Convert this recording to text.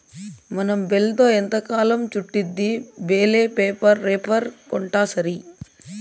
మనం బేల్తో ఎంతకాలం చుట్టిద్ది బేలే రేపర్ కొంటాసరి